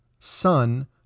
son